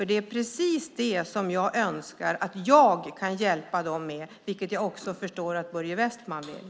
Det är precis det jag önskar att jag kan hjälpa dem med, vilket jag förstår att också Börje Vestlund vill.